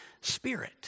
spirit